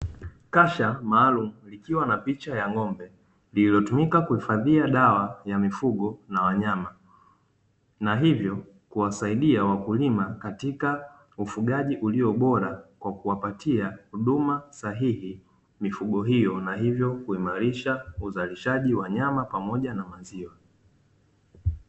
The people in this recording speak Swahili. Kasha maalumu likiwa na picha ya ng'ombe, lililotumika kuhifadhia dawa ya mifugo na wanyama, na hivyo kuwasaidia wakulima katika ufugaji ulio bora kwa kuwapatia huduma sahihi mifugo hiyo na hivyo kuimarisha uzalishaji wa nyama pamoja na maziwa.